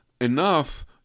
enough